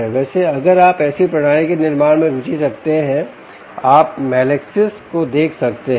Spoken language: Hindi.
वैसे अगर आप ऐसी प्रणाली के निर्माण में रुचि रखते हैं आप मेलैक्सिस को देख सकते हैं